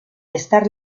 estar